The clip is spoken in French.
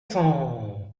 cent